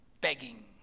begging